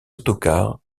autocars